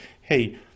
hey